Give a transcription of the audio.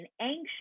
anxious